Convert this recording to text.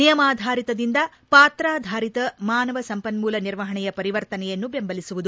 ನಿಯಮಾಧಾರಿತ ದಿಂದ ಪಾತ್ರಾಧಾರಿತ ಮಾನವ ಸಂಪನ್ಮೂಲ ನಿರ್ವಹಣೆಯ ಪರಿವರ್ತನೆಯನ್ನು ಬೆಂಬಲಿಸುವುದು